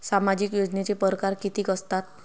सामाजिक योजनेचे परकार कितीक असतात?